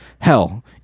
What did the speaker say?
Hell